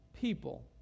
people